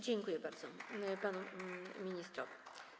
Dziękuję bardzo panu ministrowi.